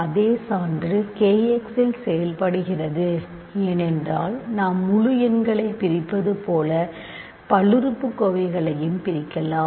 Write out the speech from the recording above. அதே சான்று k x இல் செயல்படுகிறது ஏனென்றால் நாம் முழு எண்களைப் பிரிப்பது போலவே பல்லுறுப்புக்கோவைகளையும் பிரிக்கலாம்